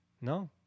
no